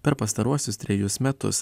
per pastaruosius trejus metus